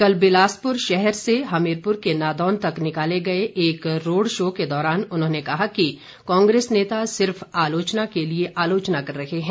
कल बिलासपुर शहर से हमीरपुर के नादौन तक निकाले गए एक रोड शो के दौरान उन्होंने कहा कि कांग्रेस नेता सिर्फ आलोचना के लिए आलोचना कर रहे हैं